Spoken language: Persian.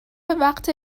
وقت